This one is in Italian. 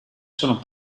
sono